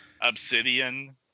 Obsidian